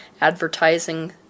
advertising